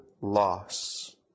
loss